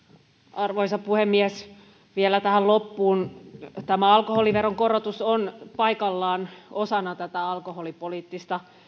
arvoisa puhemies vielä tähän loppuun tämä alkoholiveron korotus on paikallaan osana tätä alkoholipoliittista